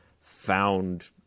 found